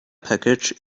package